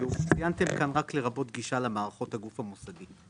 ציינתם כאן רק לרבות גישה למערכות הגוף המוסדי.